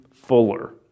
Fuller